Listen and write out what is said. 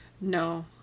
No